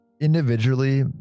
individually